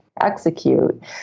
execute